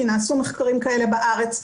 כי נעשו מחקרים כאלה בארץ,